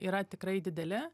yra tikrai dideli